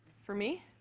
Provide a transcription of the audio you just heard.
for me,